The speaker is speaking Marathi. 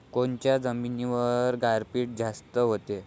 कोनच्या जमिनीवर गारपीट जास्त व्हते?